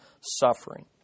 suffering